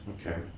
Okay